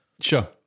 Sure